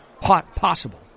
possible